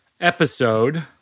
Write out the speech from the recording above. episode